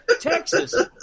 Texas